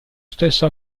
stesso